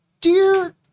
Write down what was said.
Dear